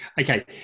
okay